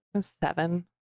Seven